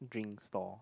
drink stall